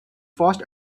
first